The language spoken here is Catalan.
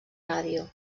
ràdio